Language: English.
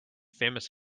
famous